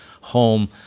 home